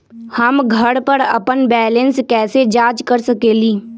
हम घर पर अपन बैलेंस कैसे जाँच कर सकेली?